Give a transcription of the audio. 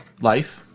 Life